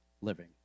living